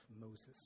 Moses